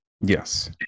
yes